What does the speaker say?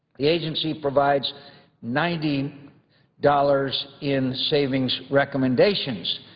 the agency provides ninety dollars in savings recommendations.